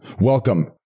Welcome